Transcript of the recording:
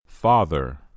Father